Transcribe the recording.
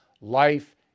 Life